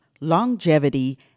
longevity